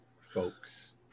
folks